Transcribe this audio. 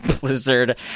Blizzard